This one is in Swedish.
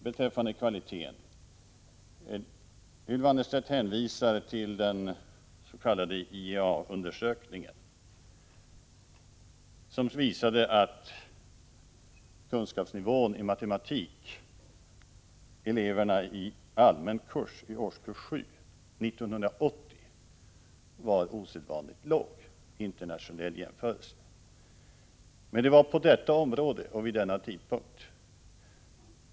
Beträffande kvaliteten hänvisade Ylva Annerstedt till den s.k. IEA undersökningen, som visade att kunskapsnivån i matematik hos eleverna i allmän kurs i årskurs 7 år 1980 var osedvanligt låg vid en internationell jämförelse. Men det var på detta område och vid denna tidpunkt.